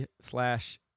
slash